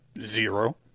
Zero